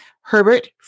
Herbert